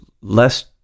less